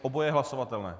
Oboje je hlasovatelné.